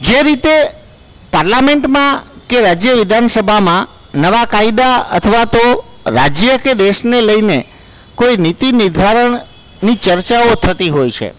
જે રીતે પાર્લામેન્ટમાં કે રાજ્ય વિધાનસભામાં નવા કાયદા અથવા તો રાજ્ય કે દેશને લઈને કોઈ નીતિ નિર્ધારણની ચર્ચાઓ થતી હોય છે